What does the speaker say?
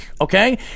okay